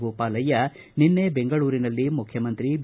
ಗೋಪಾಲಯ್ಯ ನಿನ್ನೆ ಬೆಂಗಳೂರಿನಲ್ಲಿ ಮುಖ್ಯಮಂತ್ರಿ ಬಿ